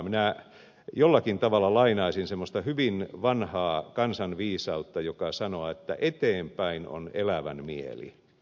minä jollakin tavalla lainaisin semmoista hyvin vanhaa kansanviisautta joka sanoo että eteenpäin on elävän mieli